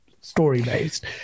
story-based